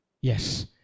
Yes